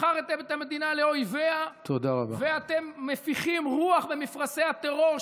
מכרתם את המדינה לאויביה ואתם מפיחים רוח במפרשי הטרור,